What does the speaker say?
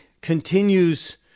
continues